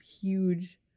huge